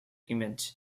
image